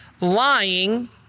lying